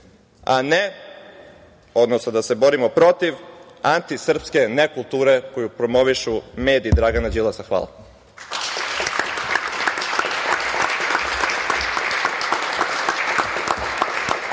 odnosno da se borimo protiv antisrpske nekulture koju promovišu mediji Dragana Đilasa. Hvala.